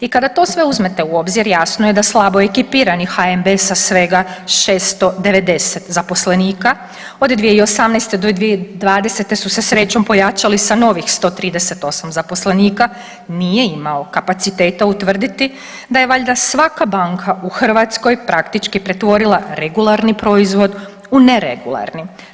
I kada sve to uzmete u obzir jasno je da slabo ekipirani HNB sa svega 690 zaposlenika od 2018. do 2020. su se srećom pojačali sa novih 138 zaposlenika nije imao kapaciteta utvrditi da je valjda svaka banka u Hrvatskoj praktički pretvorila regularni proizvod u neregularnih.